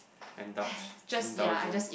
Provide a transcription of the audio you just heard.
indulge indulgence